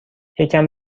یکم